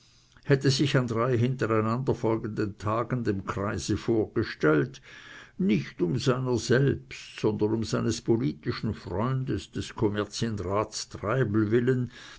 hätte sich an drei hintereinander folgenden tagen dem kreise vorgestellt nicht um seiner selbst sondern um seines politischen freundes des kommerzienrats treibel willen